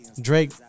Drake